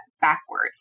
backwards